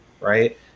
right